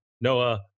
Noah